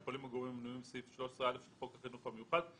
יכולים הגורמים המנויים בסעיף 13(א) של חוק החינוך המיוחד,